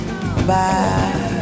bye